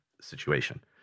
situation